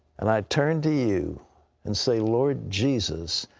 and i turn to you and say, lord jesus,